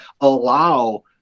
allow